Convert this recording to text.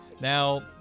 Now